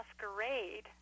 masquerade